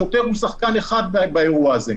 השוטר הוא שחקן אחד באירוע הזה.